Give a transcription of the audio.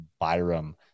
Byram